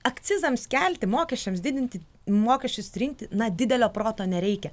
akcizams kelti mokesčiams didinti mokesčius rinti na didelio proto nereikia